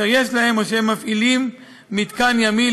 אשר יש להם או שהם מפעילים מתקן ימי,